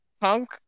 punk